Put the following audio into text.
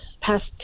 past